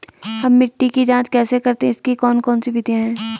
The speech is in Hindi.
हम मिट्टी की जांच कैसे करते हैं इसकी कौन कौन सी विधियाँ है?